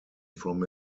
from